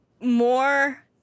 more